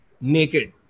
Naked